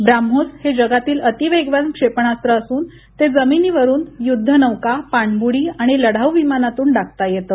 ब्राम्होस हे जगातील अतिवेगवान क्षेपणास्त्र असून ते जमिनीवरून युद्ध नौका पाणब्रुडी आणि लढाऊ विमानातून डागता येतं